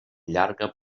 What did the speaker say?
llarga